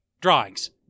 drawings